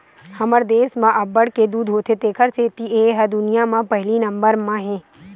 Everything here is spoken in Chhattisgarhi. हमर देस म अब्बड़ के दूद होथे तेखर सेती ए ह दुनिया म पहिली नंबर म हे